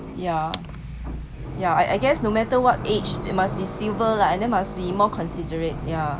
yeah yeah I I guess no matter what age it must be civil lah and then must be more considerate yeah